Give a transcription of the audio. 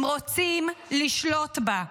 הם רוצים לשלוט בה,